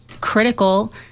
critical